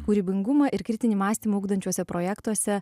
kūrybingumą ir kritinį mąstymą ugdančiuose projektuose